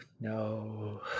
No